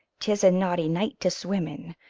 tis a naughty night to swim in.